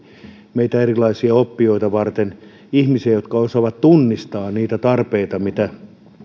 meitä erilaisia oppijoita varten ihmisiä jotka osaavat tunnistaa niitä tarpeita mitä